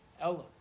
Ella